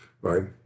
right